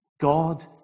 God